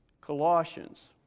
Colossians